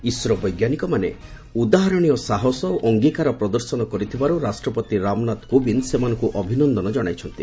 ISRO ବୈଜ୍ଞାନିକମାନେ ଉଦାହରଣୀୟ ସାହସ ଓ ଅଙ୍ଗୀକାର ପ୍ରଦର୍ଶନ କରିଥିବାରୁ ରାଷ୍ଟ୍ରପତି ରାମନାଥ କୋବିନ୍ଦ ସେମାନଙ୍କୁ ଅଭିନନ୍ଦନ ଜଣାଇଛନ୍ତି